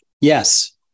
Yes